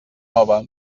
nova